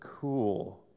cool